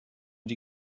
die